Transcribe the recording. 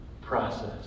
process